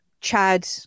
Chad